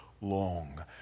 long